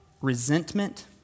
resentment